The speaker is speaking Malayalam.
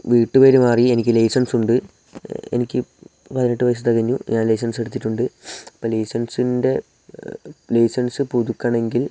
വീട്ട് പേര് മാറി എനിക്ക് ലൈസൻസുണ്ട് എനിക്ക് പതിനെട്ട് വയസ്സ് തികഞ്ഞു ഞാൻ ലൈസൻസ് എടുത്തിട്ടുണ്ട് അപ്പം ലൈസൻസിൻ്റെ ലൈസൻസ് പുതുക്കണമെങ്കിൽ